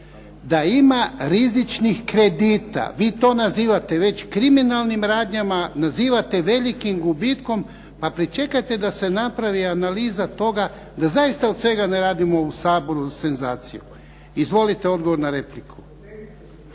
da ima rizičnih kredita. Vi to nazivate već kriminalnim radnjama, nazivate velikim gubitkom. A pričekajte da se napravi analiza toga da zaista od svega ne radimo u Saboru senzaciju. Izvolite odgovor na repliku.